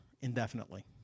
indefinitely